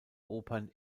opern